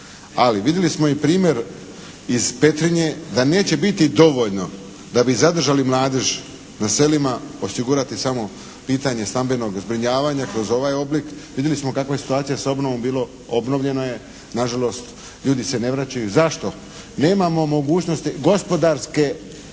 Ali vidjeli smo i primjer iz Petrinje da neće biti dovoljno da bi zadržali mladež na selima osigurati samo pitanje stambenog zbrinjavanja kroz ovaj oblik. Vidjeli smo kakva je situacija s obnovom bilo, obnovljeno. Nažalost, ljudi se ne vraćaju. Zašto? Nemamo mogućnosti gospodarske,